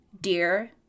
Dear